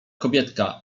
kobietka